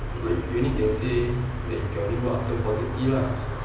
but you only can say you can only work after four thirty ah